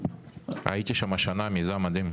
הייתי שם השנה, מיזם מדהים.